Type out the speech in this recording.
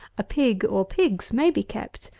a pig or pigs may be kept.